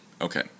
Okay